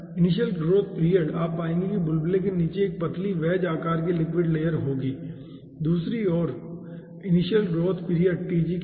initial growth period में आप पाएंगे कि बुलबुले के नीचे एक पतली वैज आकर की लिक्विड लेयर होगी दूसरी ओर इनिशियल ग्रोथ पीरियड Tg के बाद